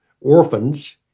orphans